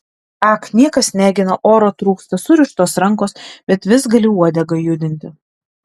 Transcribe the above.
ak niekas negina oro trūksta surištos rankos bet vis gali uodegą judinti